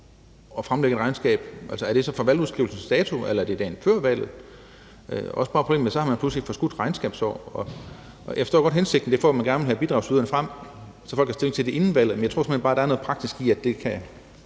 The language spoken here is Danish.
at fremlægge et regnskab? Altså, er det så fra valgudskrivelsesdatoen, eller er det dagen før valget? Så er der også problemet med, at så har man pludselig et forskudt regnskabsår. Jeg forstår godt hensigten. Det er, fordi man gerne vil have bidragsyderne frem, så folk kan tage stilling til det inden valget, men jeg tror simpelt hen bare, der er noget praktisk i det, som kan